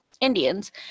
Indians